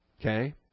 Okay